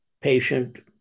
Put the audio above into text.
patient